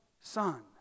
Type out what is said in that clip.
son